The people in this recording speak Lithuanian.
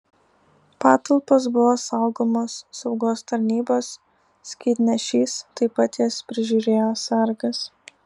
patalpos buvo saugomos saugos tarnybos skydnešys taip pat jas prižiūrėjo sargas